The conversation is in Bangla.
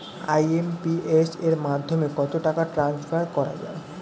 আই.এম.পি.এস এর মাধ্যমে কত টাকা ট্রান্সফার করা যায়?